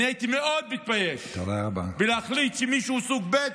הייתי מאוד מתבייש להחליט שמישהו הוא סוג ב'